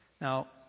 Now